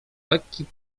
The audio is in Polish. lekki